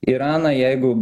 iraną jeigu